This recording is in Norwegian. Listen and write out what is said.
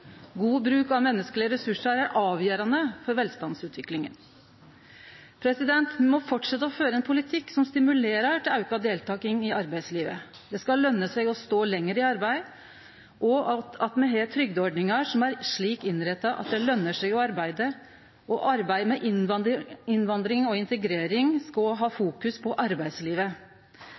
god bruk av menneskelege ressursar er avgjerande for velstandsutviklinga. Me må fortsetje å føre ein politikk som stimulerer til auka deltaking i arbeidslivet. Det skal løne seg å stå lenger i arbeid, og me skal ha trygdeordningar som er slik innretta at det løner seg å arbeide. Arbeidet med innvandring og integrering skal òg fokusere på arbeidslivet,